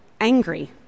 angry